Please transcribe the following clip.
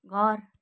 घर